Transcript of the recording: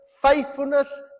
faithfulness